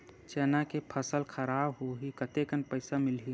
चना के फसल खराब होही कतेकन पईसा मिलही?